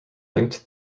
linked